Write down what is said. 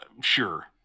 sure